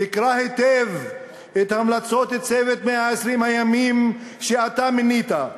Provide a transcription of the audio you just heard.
תקרא היטב את המלצות "צוות 120 הימים" שאתה מינית,